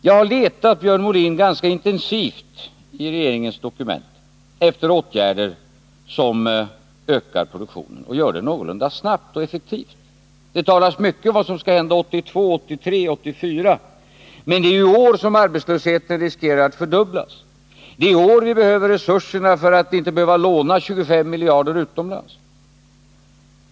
Jag har, Björn Molin, letat ganska intensivt i regeringens dokument efter åtgärder som ökar produktionen och som gör det någorlunda snabbt och effektivt. Det talas mycket om vad som skall hända 1982, 1983 och 1984, men det är ju i år som vi riskerar att arbetslösheten fördubblas. Det är i år vi behöver resurserna för att inte bli tvungna att låna 25 miljarder utomlands.